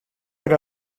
per